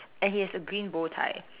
and he has a green bow tie